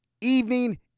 evening